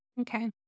Okay